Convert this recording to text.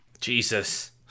jesus